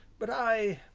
but i,